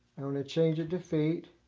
i'm going to change it to feet.